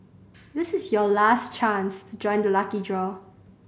this is your last chance to join the lucky draw